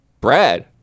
Brad